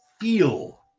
feel